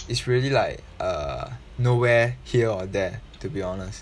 it's really like err nowhere here or there to be honest